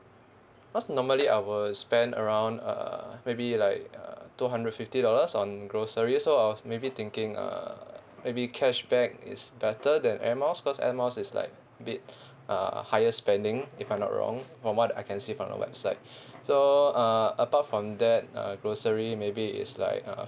cause normally I will spend around uh maybe like uh two hundred fifty dollars on groceries so I was maybe thinking uh maybe cashback is better than air miles cause air miles is like bit uh higher spending if I'm not wrong from what I can see from the website so uh apart from that uh grocery maybe it's like uh